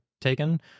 taken